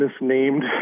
misnamed